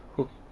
who